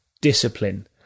discipline